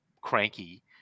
cranky